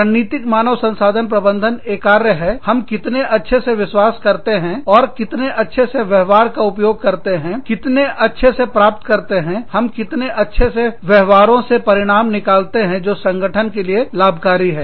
रणनीतिक मानव संसाधन प्रबंधनएक कार्य है हम कितने अच्छे से विश्वास करते हैं और कितने अच्छे से व्यवहारों का उपयोग करते हैं कितने अच्छे से प्राप्त करते हैं हम कितने अच्छे से व्यवहारों से परिणाम निकलते हैं जो संगठन के लिए लाभकारी है